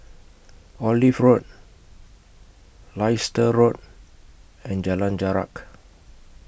Olive Road Leicester Road and Jalan Jarak